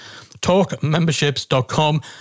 talkmemberships.com